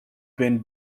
been